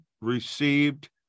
received